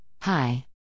Hi